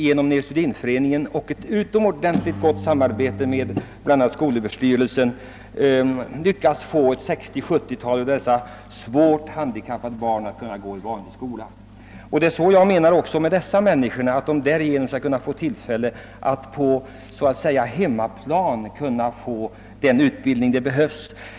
Genom ett utomordentligt gott samarbete mellan neurosedynföreningen, de lokala skolmyndigheterna och skolöverstyrel sen har vi lyckats placera 60—70 av dessa barn i den vanliga skolan med utmärkt resultat. Även de vuxna handikappade utan utbildning eller ringa sådan bör så att säga på hemmaplan få den utbildning som behövs.